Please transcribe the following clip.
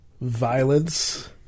violence